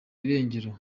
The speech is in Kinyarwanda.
irengero